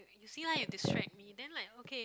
you see lah you distract me then like okay